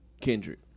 Kendrick